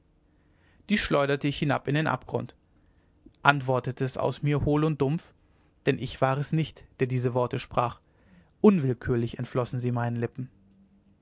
die schleuderte ich hinab in den abgrund antwortete es aus mir hohl und dumpf denn ich war es nicht der diese worte sprach unwillkürlich entflohen sie meinen lippen